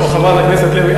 חברת הכנסת לוי,